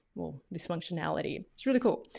well this functionality. it's really cool.